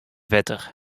wetter